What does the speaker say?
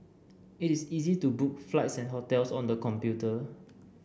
it is easy to book flights and hotels on the computer